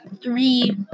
three